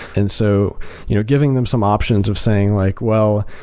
and so you know giving them some options of saying like, well,